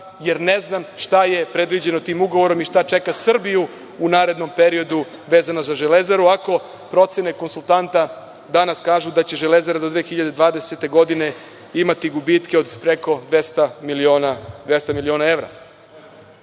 jer ne znam šta je predviđeno tim ugovorom i šta čeka Srbiju u narednom periodu vezano za „Železaru“ ako procene konsultanta danas kažu da će „Železara“ do 2020. godine imati gubitke od preko 200 miliona